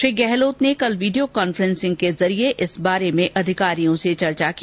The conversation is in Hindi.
श्री गहलोत ने कल वीडियो कॉन्फ्रेंन्सिंग के जरिये इस बारे में अधिकारियों से चर्चा की